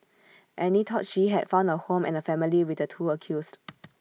Annie thought she had found A home and A family with the two accused